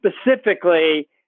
specifically